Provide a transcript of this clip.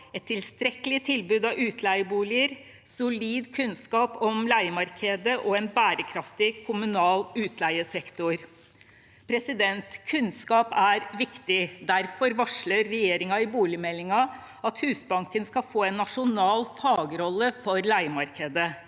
et tilstrekkelig tilbud av utleieboliger – solid kunnskap om leiemarkedet – en bærekraftig kommunal utleiesektor Kunnskap er viktig. Derfor varsler regjeringen i boligmeldingen at Husbanken skal få en nasjonal fagrolle for leiemarkedet.